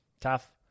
Tough